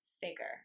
figure